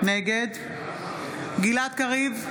נגד גלעד קריב,